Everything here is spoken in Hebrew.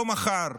לא מחר,